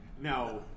Now